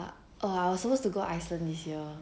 oh I was supposed to go iceland this year